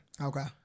Okay